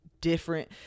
different